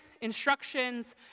instructions